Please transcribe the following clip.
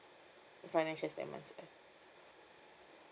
financial statements